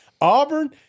Auburn –